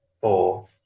four